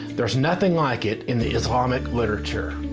there is nothing like it in the islamic literature.